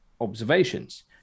observations